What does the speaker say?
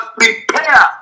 prepare